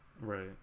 Right